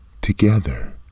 together